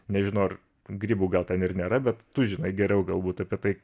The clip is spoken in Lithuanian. nežinau ar grybų gal ten ir nėra bet tu žinai geriau galbūt apie tai